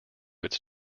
its